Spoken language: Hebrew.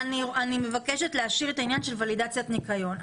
אני מבקשת להשאיר את העניין של ולידציית ניקיון.